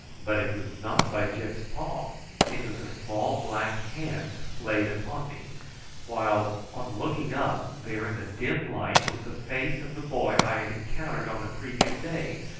but it was not by gyp's paw it was a small black hand laid upon me while, on looking up, there in the dim light was the face of the boy i had encountered on the previous day,